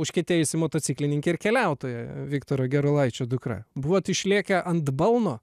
užkietėjusi motociklininkė ir keliautoja viktoro gerulaičio dukra buvo išlėkę ant balno